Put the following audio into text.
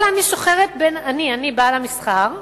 אלא אני, בעל זירת המסחר,